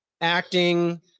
acting